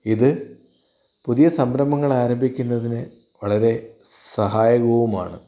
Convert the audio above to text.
ഇത് പുതിയ സംരംഭങ്ങൾ ആരംഭിക്കുന്നതിന് വളരെ സഹായകവുമാണ്